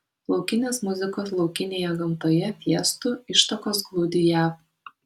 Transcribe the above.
laukinės muzikos laukinėje gamtoje fiestų ištakos glūdi jav